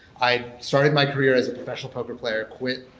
i started my career as a professional poker player. quit.